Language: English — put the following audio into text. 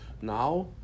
now